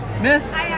miss